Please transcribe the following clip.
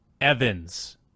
Evans